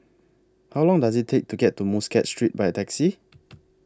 How Long Does IT Take to get to Muscat Street By Taxi